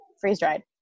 freeze-dried